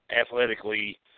athletically